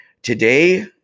Today